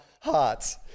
hearts